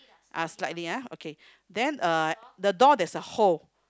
ah slightly ah okay then uh the door there's a hole